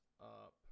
up